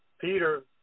Peter